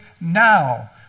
now